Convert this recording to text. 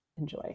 enjoy